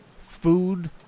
food